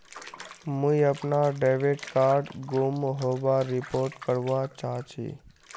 मुई अपना debit card गूम होबार रिपोर्ट करवा चहची